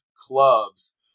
clubs